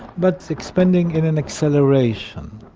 but it's expanding in an acceleration.